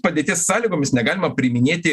padėties sąlygomis negalima priiminėti